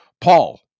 Paul